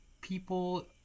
people